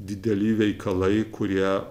dideli veikalai kurie